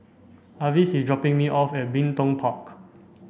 Avis is dropping me off at Bin Tong Park